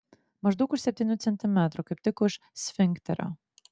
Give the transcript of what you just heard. maždaug už septynių centimetrų kaip tik už sfinkterio